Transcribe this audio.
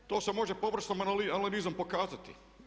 To se može površnom analizom pokazati.